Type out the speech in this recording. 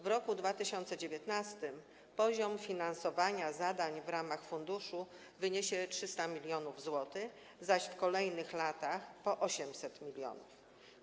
W roku 2019 poziom finansowania zadań w ramach funduszu wyniesie 300 mln zł, zaś w kolejnych latach po 800 mln zł.